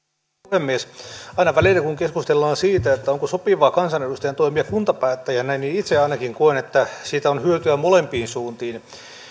puhemies aina välillä kun keskustellaan siitä onko sopivaa kansanedustajan toimia kuntapäättäjänä niin itse ainakin koen että siitä on hyötyä molempiin suuntiin